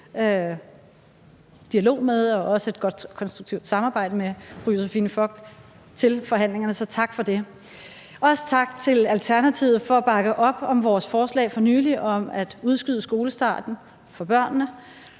dialog og også et godt og konstruktivt samarbejde med fru Josephine Fock under forhandlingerne. Så tak for det. Også tak til Alternativet for at bakke op om vores forslag for nylig om at udskyde skolestarten for børn.